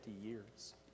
years